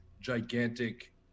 gigantic